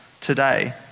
today